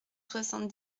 soixante